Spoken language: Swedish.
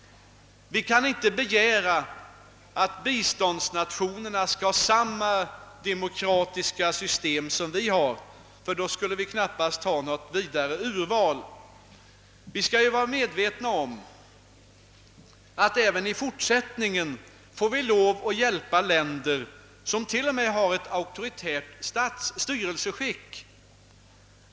Vi kan inte begära att biståndsnationerna skall ha samma demokratiska system som vi. Då skulle vi knappast ha något större urval; Vi skall ju vara medvetna om att iyen i fortsättningen får vi lov att hjäl pa länder som till och med har ett auktoritärt styrelseskick.